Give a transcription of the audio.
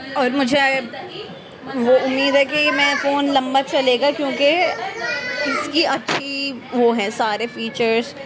اور مجھے وہ امید ہے کہ میں فون لمبا چلے گا کیونکہ اس کی اچھی وہ ہیں سارے فیچرس